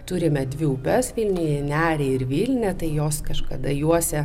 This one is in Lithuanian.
turime dvi upes vilniuje nerį ir vilnią tai jos kažkada juosė